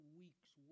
week's